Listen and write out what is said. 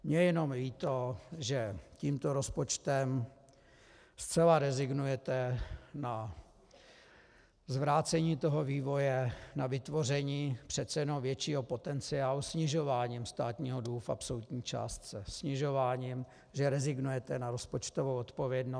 Mně je jenom líto, že tímto rozpočtem zcela rezignujete na zvrácení toho vývoje, na vytvoření přece jenom většího potenciálu snižováním státního dluhu v absolutní částce, snižováním, že rezignujete na rozpočtovou odpovědnost.